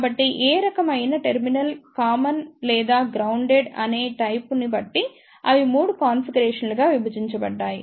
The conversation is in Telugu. కాబట్టి ఏ రకమైన టెర్మినల్ కామన్ లేదా గ్రౌన్దేడ్ అనే టైపు ని బట్టి అవి 3 కాన్ఫిగరేషన్లుగా విభజించబడ్డాయి